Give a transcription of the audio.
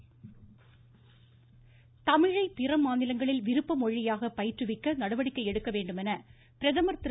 முதலமைச்சர் தமிழை பிற மாநிலங்களில் விருப்ப மொழியாக பயிற்றுவிக்க நடவடிக்கை எடுக்க வேண்டும் என பிரதமர் திரு